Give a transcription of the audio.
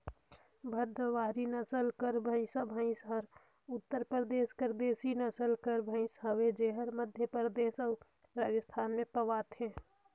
भदवारी नसल कर भंइसा भंइस हर उत्तर परदेस कर देसी नसल कर भंइस हवे जेहर मध्यपरदेस अउ राजिस्थान में पवाथे